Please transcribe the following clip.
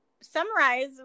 summarize